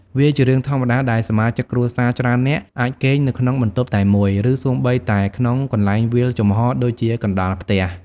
វាជារឿងធម្មតាដែលសមាជិកគ្រួសារច្រើននាក់ អាចគេងនៅក្នុងបន្ទប់តែមួយ ឬសូម្បីតែក្នុងកន្លែងវាលចំហរដូចជាកណ្ដាលផ្ទះ។